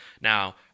Now